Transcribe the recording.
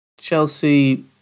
Chelsea